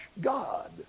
God